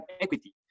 equity